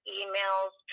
emails